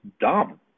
dumb